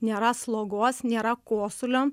nėra slogos nėra kosulio